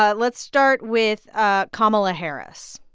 ah let's start with ah kamala harris,